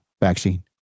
vaccine